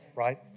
Right